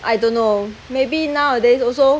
I don't know maybe nowadays also